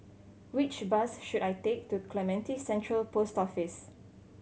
which bus should I take to Clementi Central Post Office